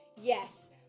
Yes